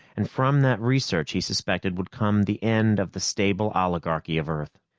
and from that research, he suspected, would come the end of the stable oligarchy of earth.